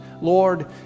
Lord